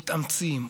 מתאמצים,